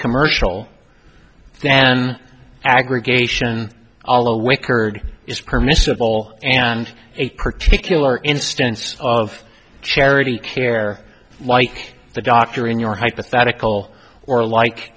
commercial then aggregation all a wickard is permissible and a particular instance of charity care like the doctor in your hypothetical or like